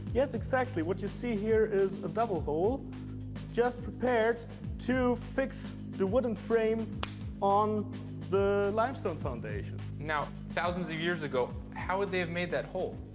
yes, exactly. what you see here is a double hole just prepared to fix the wooden frame on the limestone foundation. now, thousands of years ago, how would they have made that hole?